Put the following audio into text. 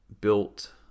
built